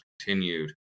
continued